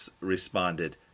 responded